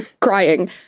crying